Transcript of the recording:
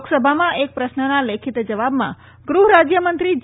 લોક્સભામાં એક પ્રશ્નના લેખિત જવાબમાં ગૃહ રાજ્યમંત્રી જે